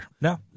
no